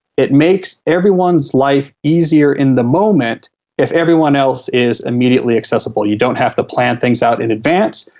it makes everyone's life easier in the moment if everyone else is immediately accessible. you don't have to plan things out in advance,